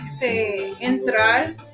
entrar